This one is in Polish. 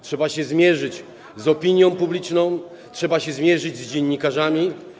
Trzeba się zmierzyć z opinią publiczną, trzeba się zmierzyć z dziennikarzami.